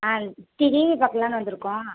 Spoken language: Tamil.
ஆ டி டிவி பார்க்கலாம்னு வந்திருக்கோம்